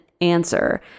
answer